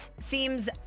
seems